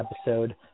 episode